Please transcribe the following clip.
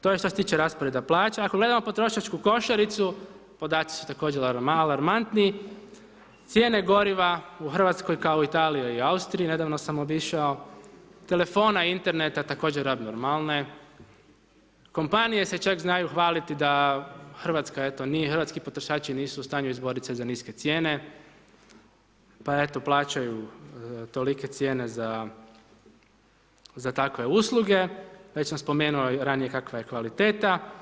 To je što se tiče rasporeda plaća, ako gledamo potrošačku košaricu, podaci su također alarmantni, cijene goriva u Hrvatskoj kao u Italiji i Austriji, nedavno sam obišao, telefona, interneta, također abnormalne, kompanije se čak znaju hvaliti da Hrvatska nije, eto hrvatski potrošači nisu u stanju izboriti se za niske cijene, pa eto plaćaju tolike cijene za tave usluge, već sam spomenuo ranije kakva je kvaliteta.